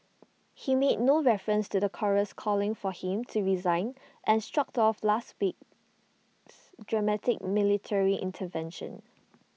he made no reference to the chorus calling for him to resign and shrugged off last week's dramatic military intervention